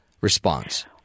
response